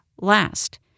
last